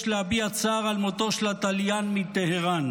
להביע צער על מותו של התליין מטהראן.